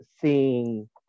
seeing